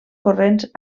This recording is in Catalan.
corrents